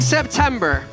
September